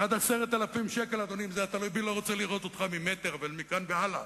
אצל האשכנזים זה יום השנה למתים ובזה גומרים,